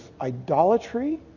idolatry